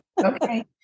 Okay